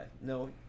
no